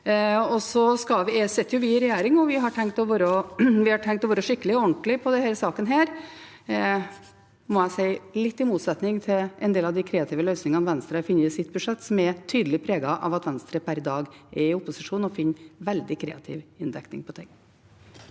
dag. Vi sitter i regjering, og vi har tenkt å være skikkelige og ordentlige i denne saken, noe jeg må si er litt i motsetning til en del av de kreative løsningene Venstre har funnet i sitt budsjett, som er tydelig preget av at Venstre per i dag er i opposisjon og finner en veldig kreativ inndekning på ting.